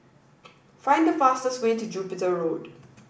find the fastest way to Jupiter Road